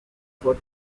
for